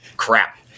crap